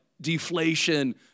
deflation